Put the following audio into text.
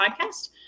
podcast